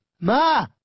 ma